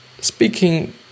speaking